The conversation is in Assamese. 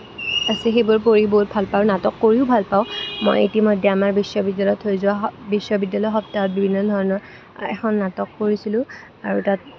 আছে সেইবোৰ কৰি বহুত ভাল পাওঁ নাটক কৰিও ভাল পাওঁ মই ইতিমধ্যে আমাৰ বিশ্ববিদ্যালত হৈ যোৱা স বিশ্ববিদ্যালয় সপ্তাহত বিভিন্ন ধৰণৰ এখন নাটক কৰিছিলোঁ আৰু তাত